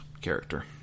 character